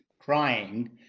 crying